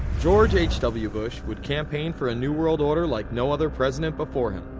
george h. w. bush would campaign for a new world order like no other president before him.